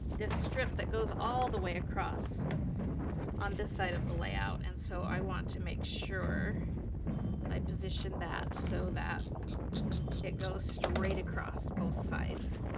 this strip that goes all the way across on this side of the layout, and so i want to make sure that i position that so that it goes straight across both sides.